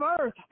earth